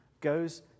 goes